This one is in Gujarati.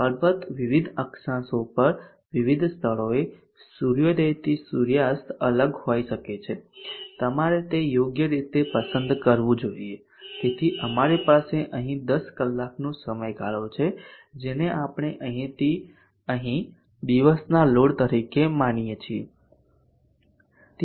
અલબત્ત વિવિધ અક્ષાંશો પર વિવિધ સ્થળોએ સૂર્યોદયથી સૂર્યાસ્ત અલગ હોઈ શકે છે તમારે તે યોગ્ય રીતે પસંદ કરવું જોઈએ તેથી અમારી પાસે અહીં 10 કલાકનો સમયગાળો છે જેને આપણે અહીંથી અહીં દિવસના લોડ તરીકે માનીએ છીએ